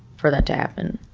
for that to happen.